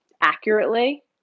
accurately